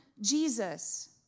Jesus